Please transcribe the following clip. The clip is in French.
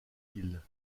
hill